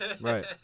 Right